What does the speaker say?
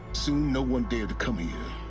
soon, no one dared come here.